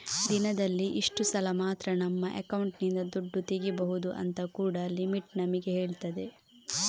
ದಿನದಲ್ಲಿ ಇಷ್ಟು ಸಲ ಮಾತ್ರ ನಮ್ಮ ಅಕೌಂಟಿನಿಂದ ದುಡ್ಡು ತೆಗೀಬಹುದು ಅಂತ ಕೂಡಾ ಲಿಮಿಟ್ ನಮಿಗೆ ಹೇಳ್ತದೆ